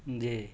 جی